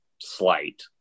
slight